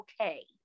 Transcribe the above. okay